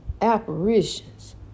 apparitions